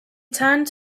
turned